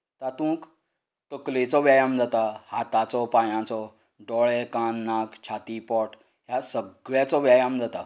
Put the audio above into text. तातूंत तकलेचो व्यायम जाता हातांचो पायांचो दोळे कान नाक छाती पोट ह्या सगळ्याचो व्यायाम जाता